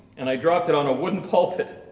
and i dropped it on a wooden pulpit.